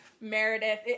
Meredith